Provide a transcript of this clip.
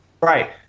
Right